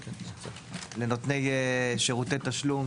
לנותני שירותי תשלום